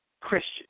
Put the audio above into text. Christian